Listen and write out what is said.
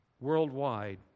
worldwide